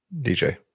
DJ